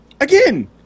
again